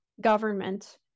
government